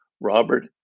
Robert